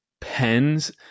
pens